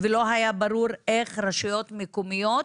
ולא היה ברור איך רשויות מקומיות